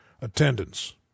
attendance